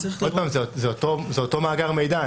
עוד פעם, זה אותו מאגר מידע.